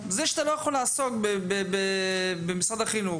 זה שאתה לא יכול להיות מועסק במשרד החינוך